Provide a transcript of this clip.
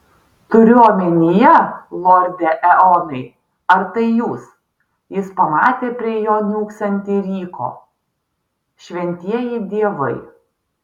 turiu omenyje lorde eonai ar tai jūs jis pamatė prie jo niūksantį ryko šventieji dievai